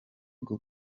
bwo